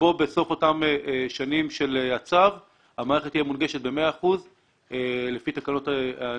שבסוף אותן שנים של הצו המערכת תהיה מונגשת ב-100% לפי תקנות הנגישות.